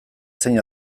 zein